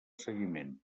seguiment